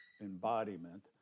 embodiment